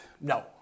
no